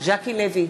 ז'קי לוי,